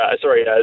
sorry